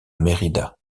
merida